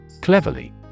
Cleverly